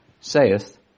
saith